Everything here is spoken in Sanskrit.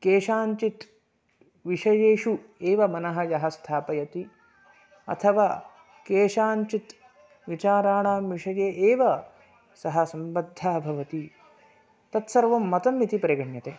केषाञ्चित् विषयेषु एव मनः यः स्थापयति अथवा केषाञ्चित् विचाराणां विषये एव सः सम्बद्धः भवति तत्सर्वं मतम् इति परिगण्यते